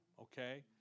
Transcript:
okay